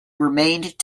remained